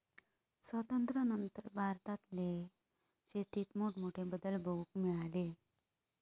स्वातंत्र्यानंतर भारतातल्या शेतीत मोठमोठे बदल बघूक मिळाले